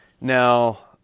Now